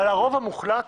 אבל הרוב המוחלט,